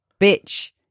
bitch